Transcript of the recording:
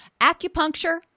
Acupuncture